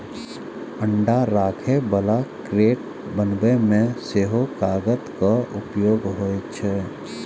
अंडा राखै बला क्रेट बनबै मे सेहो कागतक उपयोग होइ छै